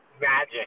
Magic